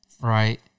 Right